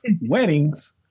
weddings